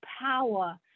power